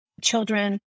children